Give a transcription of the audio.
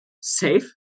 safe